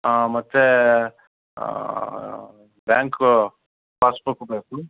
ಮತ್ತು bank passbook ಬೇಕು